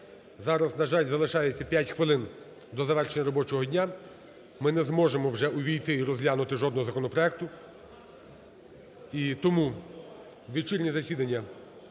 Зараз, на жаль, залишається 5 хвилин до завершення робочого дня, ми не зможемо ввійти і розглянути жодного законопроекту. І тому вечірнє засідання